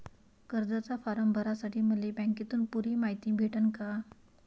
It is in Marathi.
कर्जाचा फारम भरासाठी मले बँकेतून पुरी मायती भेटन का?